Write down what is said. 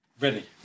Ready